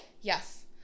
yes